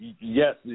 yes